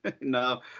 No